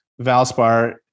Valspar